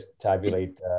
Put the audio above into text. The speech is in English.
tabulate